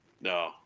No